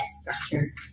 structure